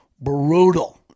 brutal